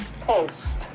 post